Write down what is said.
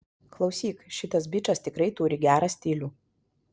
klausyk šitas bičas tikrai turi gerą stilių